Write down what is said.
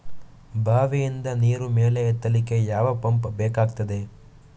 ಬಾವಿಯಿಂದ ನೀರು ಮೇಲೆ ಎತ್ತಲಿಕ್ಕೆ ಯಾವ ಪಂಪ್ ಬೇಕಗ್ತಾದೆ?